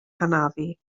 hanafu